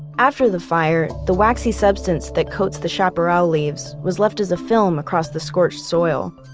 after the fire, the waxy substance that coats the chaparral leaves was left as a film across the scorched soil.